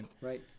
right